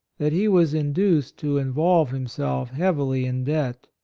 that he was induced to involve himself heavily in debt.